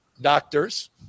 doctors